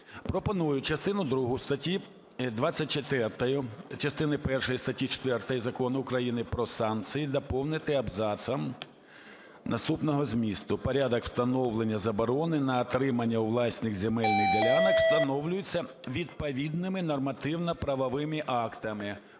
Пропоную частину другу статті 24 частини першої статті 4 Закону України «Про санкції» доповнити абзацом наступного змісту: "Порядок встановлення заборони на отримання у власність земельних ділянок встановлюється відповідними нормативно-правовими актами".